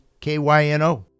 KYNO